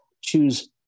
choose